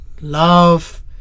love